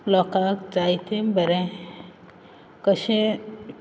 लोकाक जायतें बरें कशें